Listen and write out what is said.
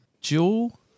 Jewel